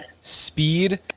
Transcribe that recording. speed